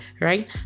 right